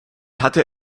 hatte